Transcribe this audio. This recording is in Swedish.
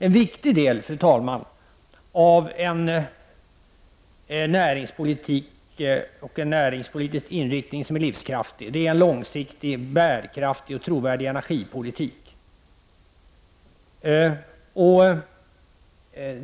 En viktig del av en näringspolitik och för en näringspolitisk inriktning som är livskraftig är en långsiktig, bärkraftig och trovärdig energipolitik.